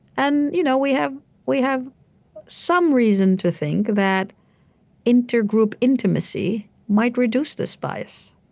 and you know we have we have some reason to think that intergroup intimacy might reduce this bias.